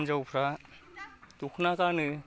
हिन्जावफ्रा दखना गानो